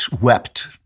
wept